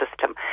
system